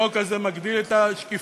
החוק הזה מגדיל את השקיפות.